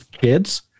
kids